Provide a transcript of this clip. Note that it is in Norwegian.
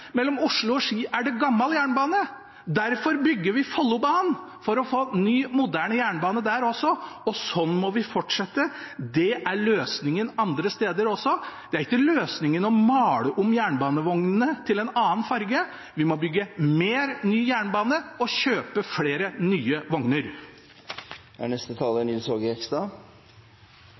Mellom Oslo og Ski er det gammel jernbane. Derfor bygger vi Follobanen, for å få ny, moderne jernbane også der – og sånn må vi fortsette. Det er løsningen også andre steder. Løsningen er ikke å male om jernbanevognene til en annen farge. Vi må bygge mer ny jernbane og kjøpe flere nye vogner.